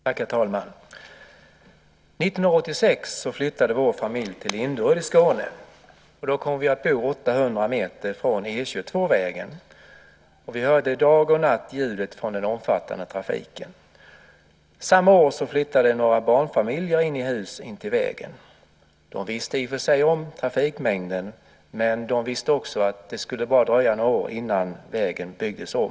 Herr talman! År 1986 flyttade vår familj till Linderöd i Skåne. Då kom vi att bo 800 meter från E 22. Vi hörde dag och natt ljudet från den omfattande trafiken. Samma år flyttade några barnfamiljer in i hus intill vägen. De visste i och för sig om trafikmängden, men de visste också att det bara skulle dröja några år innan vägen byggdes om.